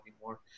anymore